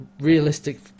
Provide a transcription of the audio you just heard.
realistic